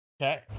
okay